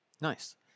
Nice